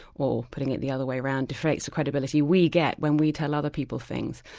or putting it the other way round, deflates the credibility we get when we tell other people things.